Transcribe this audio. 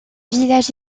village